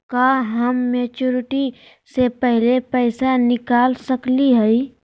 का हम मैच्योरिटी से पहले पैसा निकाल सकली हई?